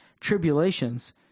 tribulations